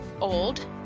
old